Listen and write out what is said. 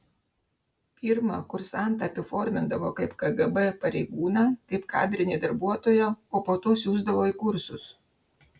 pirma kursantą apiformindavo kaip kgb pareigūną kaip kadrinį darbuotoją o po to siųsdavo į kursus